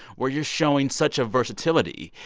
where you're showing such a versatility.